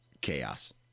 chaos